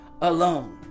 alone